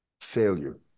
failure